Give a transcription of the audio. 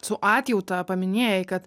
su atjauta paminėjai kad